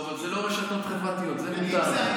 לא, אבל אלה לא רשתות חברתיות, זה מותר לנו.